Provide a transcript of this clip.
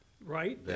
right